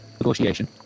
negotiation